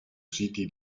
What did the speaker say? siti